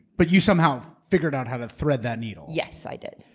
but you somehow figured out how to thread that needle? yes, i did.